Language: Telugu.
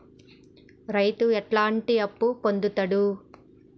రైతు ఎట్లాంటి అప్పు పొందుతడు?